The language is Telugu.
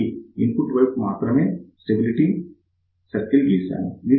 దానికి ఇన్పుట్ వైపు మాత్రమే స్టెబిలిటీ సర్కిల్ గీశాము